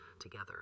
together